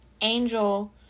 angel